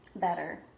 better